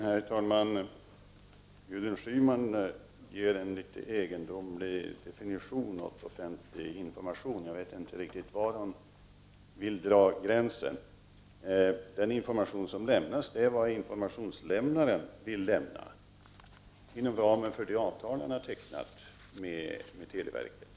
Herr talman! Gudrun Schyman ger en något egendomlig definition av offentlig information. Jag vet inte riktigt var hon vill dra gränsen. Den information som lämnas är den som informationslämnaren vill lämna inom ramen för det avtal han har tecknat med televerket.